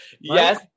Yes